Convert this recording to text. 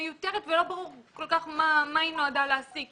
מיותרת ולא ברור כל כך מה היא נועדה להשיג,